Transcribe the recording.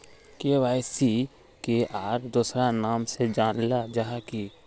KYC के आर दोसरा नाम से जानले जाहा है की?